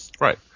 Right